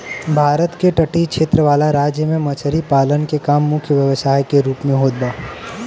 भारत के तटीय क्षेत्र वाला राज्य में मछरी पालन के काम मुख्य व्यवसाय के रूप में होत बा